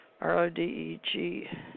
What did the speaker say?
R-O-D-E-G